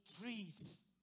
trees